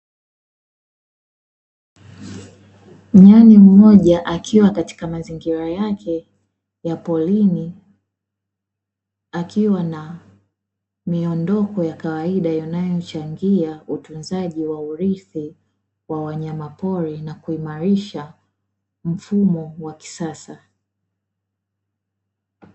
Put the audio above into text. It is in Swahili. Nyani mmoja akiwa katika mazingira yake ya porini, akiwa na miondoko ya kawaida, yanayochangia utunzaji wa urithi wa wanyamapori na kuimarisha mfumo wa kisasa.